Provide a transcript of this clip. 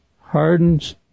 hardens